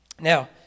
Now